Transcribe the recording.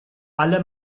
alle